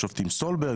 השופט סולברג,